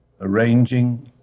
arranging